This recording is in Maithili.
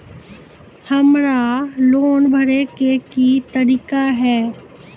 हमरा लोन भरे के की तरीका है?